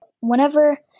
whenever